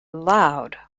loud